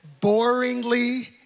Boringly